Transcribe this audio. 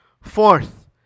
Fourth